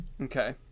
Okay